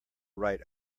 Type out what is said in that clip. write